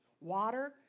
water